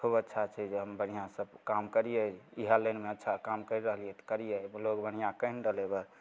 खूब अच्छा छै जे बढ़िआँसे काम करिए इएह लाइनमे अच्छा काम करि रहलिए तऽ करिए लोक बढ़िआँ कहि रहलै बस